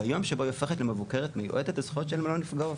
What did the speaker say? ביום שבו היא הופכת למבוקרת מיועדת הזכויות שלהם לא נפגעות.